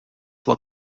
zwar